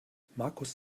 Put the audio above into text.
markus